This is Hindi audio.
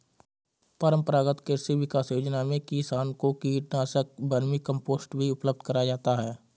परम्परागत कृषि विकास योजना में किसान को कीटनाशक, वर्मीकम्पोस्ट भी उपलब्ध कराया जाता है